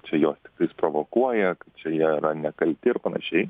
čia juos tiktais provokuoja kad čia jie yra nekalti ir panašiai